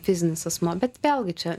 fizinis asmuo bet vėlgi čia